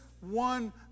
one